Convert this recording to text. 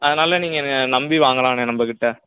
அதனால நீங்கள் என்னை நம்பி வாங்கலாண்ணே நம்பகிட்ட